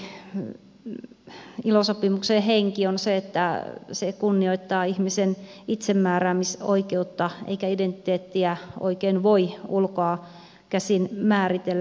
nähdäkseni ilo sopimuksen henki on se että se kunnioittaa ihmisen itsemääräämisoikeutta eikä identiteettiä oikein voi ulkoa käsin määritellä